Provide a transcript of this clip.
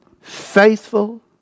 Faithful